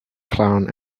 clown